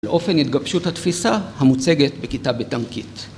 לאופן התגבשות התפיסה המוצגת בכיתה בתמכית.